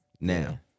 Now